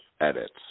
edits